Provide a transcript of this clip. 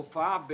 הופעה,